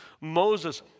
Moses